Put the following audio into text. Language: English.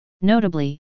Notably